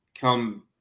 come